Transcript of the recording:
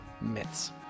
myths